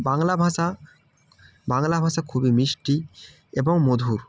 বাংলা ভাষা বাংলা ভাষা খুবই মিষ্টি এবং মধুর